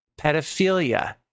pedophilia